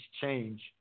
change